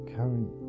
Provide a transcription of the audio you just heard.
Current